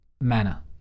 manner